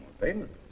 payment